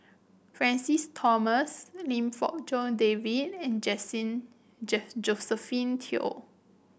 Francis Thomas Lim Fong Jock David and Josephine Teo